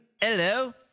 Hello